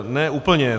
Ne úplně.